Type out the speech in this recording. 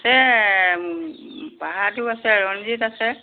আছে বাহাদুৰ আছে ৰঞ্জিত আছে